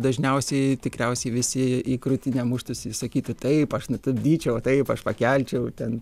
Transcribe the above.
dažniausiai tikriausiai visi į krūtinę muštųsi sakytų taip aš nutupdyčiau taip aš pakelčiau ten